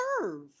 serve